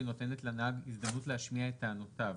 נותנת לנהג הזדמנות להשמיע את טענותיו.